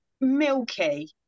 milky